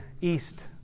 east